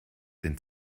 den